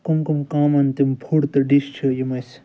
کَم کَم کامَن تِم فُڈ تہٕ ڈِش چھِ یِم اَسہِ